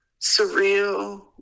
surreal